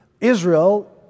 Israel